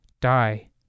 Die